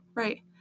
Right